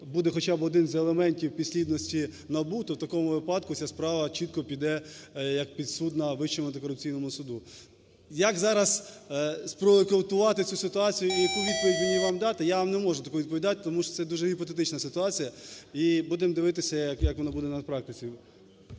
буде хоча б один з елементів підслідності НАБУ, то в такому випадку ця справа чітко піде як підсудна Вищому антикорупційному суду. Як зараз спроектувати цю ситуацію і яку відповідь мені вам дати, я вам не можу таку відповідь дати, тому що це дуже гіпотетична ситуація. І будемо дивитися, як воно буде на практиці.